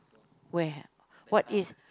where what is